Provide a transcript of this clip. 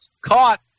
Caught